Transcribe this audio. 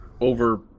over